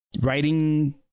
writing